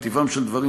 מטבעם של דברים,